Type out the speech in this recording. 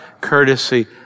courtesy